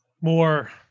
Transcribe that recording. more